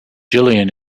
jillian